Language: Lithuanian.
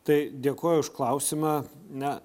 tai dėkoju už klausimą na